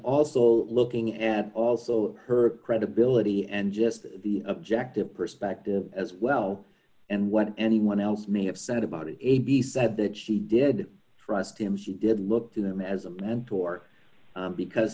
also looking at also her credibility and just the objective perspective as well and what anyone else may have said about it a b said that she did for us to him she did look to them as a mentor because